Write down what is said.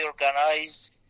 organize